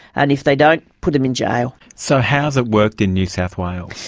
and if they don't, put them in jail. so how's it worked in new south wales?